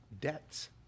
debts